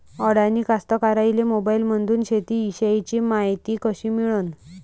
अडानी कास्तकाराइले मोबाईलमंदून शेती इषयीची मायती कशी मिळन?